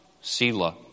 Selah